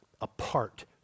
apart